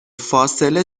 فاصله